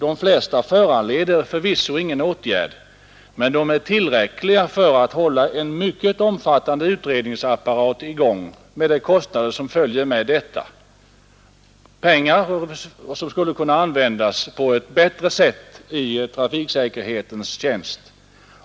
De flesta föranleder förvisso ingen åtgärd, men det hålls i gång en mycket omfattande utredningsapparat med de kostnader som följer med detta, pengar som skulle kunna användas på ett bättre sätt i trafiksäkerhetens tjänst.